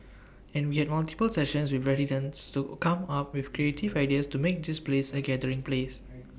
and we had multiple sessions with residents to come up with creative ideas to make this place A gathering place